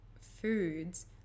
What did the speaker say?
foods